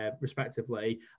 respectively